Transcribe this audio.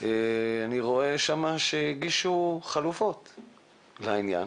אני רואה שהגישו חלופות לעניין.